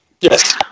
Yes